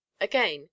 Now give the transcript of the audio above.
again